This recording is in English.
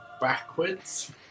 backwards